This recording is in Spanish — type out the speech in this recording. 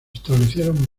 establecieron